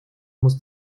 muss